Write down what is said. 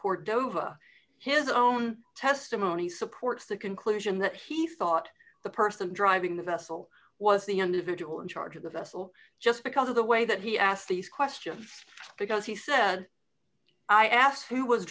cordova his own testimony supports the conclusion that he thought the person driving the vessel was the individual in charge of the vessel just because of the way that he asked these questions because he said i asked who was